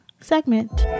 segment